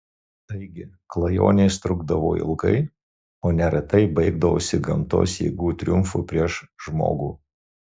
taigi klajonės trukdavo ilgai o neretai baigdavosi gamtos jėgų triumfu prieš žmogų